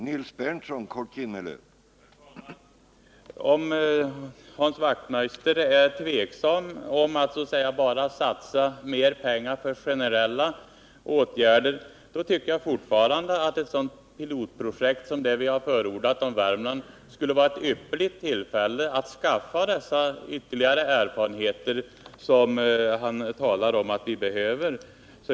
Herr talman! Om Hans Wachtmeister är tveksam då det gäller att bara satsa mer pengar för generella åtgärder tycker jag fortfarande att ett sådant pilotprojekt som det vi förordat för Värmland skulle vara ett ypperligt tillfälle att skaffa de ytterligare erfarenheter Hans Wachtmeister anser att vi behöver.